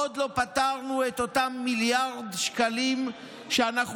עוד לא פתרנו את אותם מיליארד שקלים שאנחנו